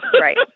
Right